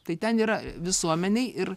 tai ten yra visuomenei ir